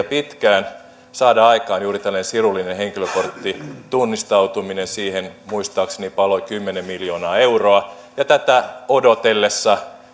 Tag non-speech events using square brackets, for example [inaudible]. [unintelligible] pitkään saada aikaan juuri tällainen sirullinen henkilökortti tunnistautuminen siihen muistaakseni paloi kymmenen miljoonaa euroa ja tätä odotellessa [unintelligible]